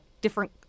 different